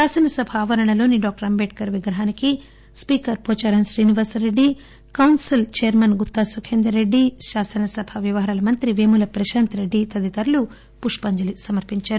శాసనసభ ఆవరణలోని డాక్టర్ అంబేడ్కర్ విగ్రహానికి speaker Pocharam Srinivas Reddy council chairman Gutha Sukhender Reddy శాసనసభా వ్యవహారాల మంత్రి పేముల ప్రశాంత్ రెడ్డి తదితరులు పుష్పాంజలి సమర్పించారు